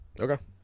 Okay